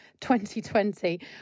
2020